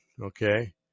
okay